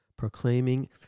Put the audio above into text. proclaiming